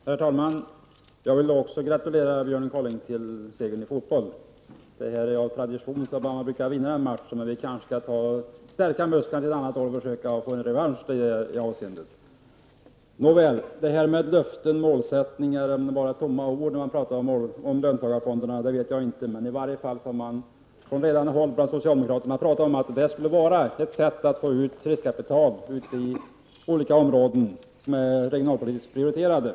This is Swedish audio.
Herr talman! Jag vill också gratulera Björn Kaaling till segern i fotboll. Av tradition brukar ni vinna den här matchen, men vi kanske kan stärka musklerna till ett annat år och försöka få revansch. Löften och målsättningar kanske bara är tomma ord när man talar om löntagarfonderna, det vet jag inget om. Från ledande håll bland socialdemokraterna har man i alla fall talat om att det här skulle vara ett sätt att få ut riskkapital till olika områden som är regionalpolitiskt prioriterade.